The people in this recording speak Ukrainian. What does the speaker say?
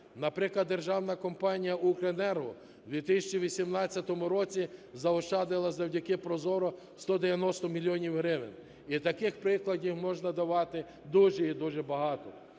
Наприклад, державна компанія "Укренерго" у 2018 році заощадила завдяки ProZorro 190 мільйонів гривень, і таких прикладів можна давати дуже, і дуже багато.